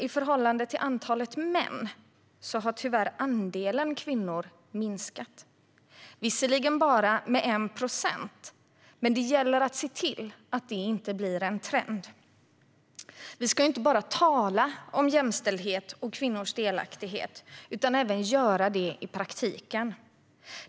I förhållande till antalet män har dock andelen kvinnor tyvärr minskat, visserligen bara med 1 procent, men det gäller att se till att det inte blir en trend. Vi ska ju inte bara tala om jämställdhet och kvinnors delaktighet utan även göra det i praktiken.